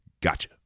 Gotcha